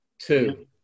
Two